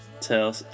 Tell